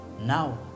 Now